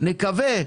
נקווה,